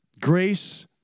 Grace